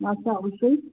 আচ্ছা অবশ্যই